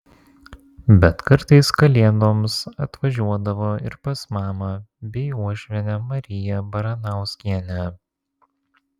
bet kartais kalėdoms atvažiuodavo ir pas mamą bei uošvienę mariją baranauskienę